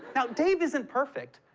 now, dave isn't perfect,